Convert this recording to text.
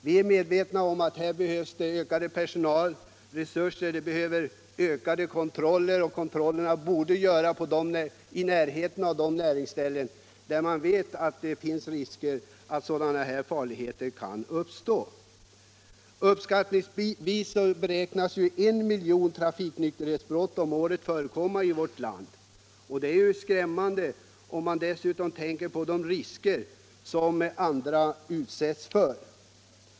Vi är medvetna om att det härför krävs ökade personalresurser. Kontrollerna behöver utökas, och det bör göras på de platser i närheten av näringsställen där man vet att sådana farligheter kan uppstå. Uppskattningsvis förekommer det omkring 1 miljon trafiknykterhetsbrott om året i vårt land. Det är skrämmande även med tanke på de risker som andra människor utsätts för.